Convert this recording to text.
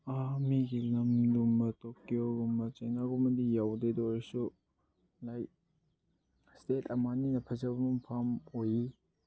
ꯑꯥ ꯃꯤꯒꯤ ꯂꯝꯒꯨꯝꯕ ꯇꯣꯛꯀ꯭ꯌꯣꯒꯨꯝꯕ ꯆꯩꯅꯥꯒꯨꯝꯕꯗꯤ ꯌꯧꯗꯦ ꯑꯗꯨ ꯑꯣꯏꯔꯁꯨ ꯂꯥꯏꯛ ꯏꯁꯇꯦꯠ ꯑꯃꯅꯤꯅ ꯐꯖꯕ ꯃꯐꯝ ꯑꯣꯏꯌꯦ